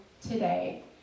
today